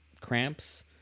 cramps